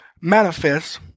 manifest